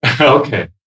Okay